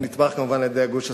הנתמך כמובן על-ידי הגוש הסובייטי.